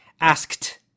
Asked